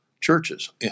churches